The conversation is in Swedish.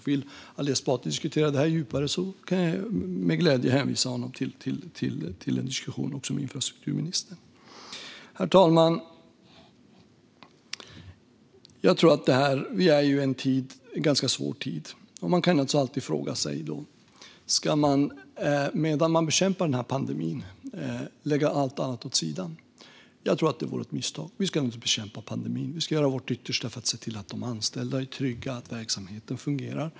Vill Ali Esbati diskutera detta djupare kan jag med glädje hänvisa honom till en diskussion även med infrastrukturministern. Herr talman! Vi befinner oss i en ganska svår tid. Man kan naturligtvis alltid fråga sig om allt annat ska läggas åt sidan medan vi bekämpar pandemin. Jag tror att det vore ett misstag. Vi ska bekämpa pandemin och göra vårt yttersta för att se till att de anställda är trygga och verksamheten fungerar.